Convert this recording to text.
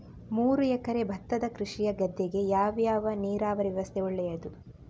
ಮೂರು ಎಕರೆ ಭತ್ತದ ಕೃಷಿಯ ಗದ್ದೆಗೆ ಯಾವ ನೀರಾವರಿ ವ್ಯವಸ್ಥೆ ಒಳ್ಳೆಯದು?